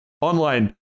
Online